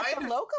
local